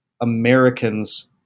Americans